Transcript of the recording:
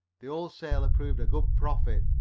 the old sailor proved a good prophet.